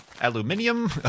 aluminium